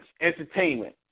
entertainment